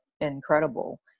incredible